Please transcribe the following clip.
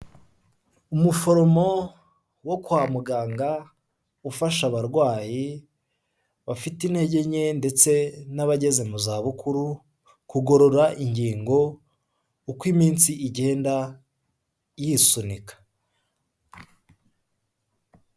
Umuforomo wo kwa muganga ufasha abarwayi bafite intege nke ndetse n'abageze mu zabukuru kugorora ingingo uko iminsi igenda yisunika.